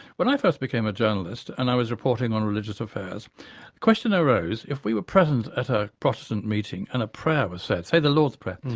when i first became a journalist, and i was reporting on religious affairs, the question arose if we were present at a protestant meeting and a prayer was said, say the lord's prayer,